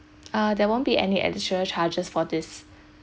err there won't be any additional charges for this